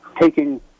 taking